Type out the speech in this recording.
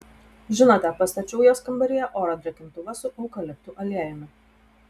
žinote pastačiau jos kambaryje oro drėkintuvą su eukaliptų aliejumi